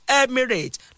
emirates